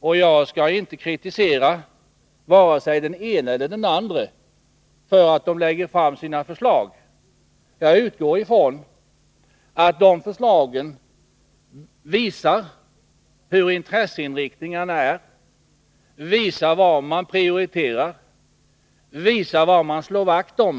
Men jag skall inte kritisera vare sig den ena eller andra för att man lägger fram sina förslag; jag utgår ifrån att de förslagen visar hur intresseinriktningarna är, vad man prioriterar, vad man vill slå vakt om.